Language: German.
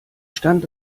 stand